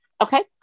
Okay